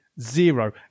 Zero